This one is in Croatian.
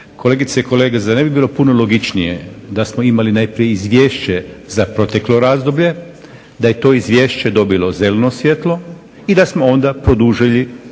Kolegice i kolege, zar ne bi bilo puno logičnije da smo imali najprije izvješće za proteklo razdoblje, da je to izvješće dobilo zeleno svjetlo i da smo onda produžili